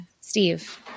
Steve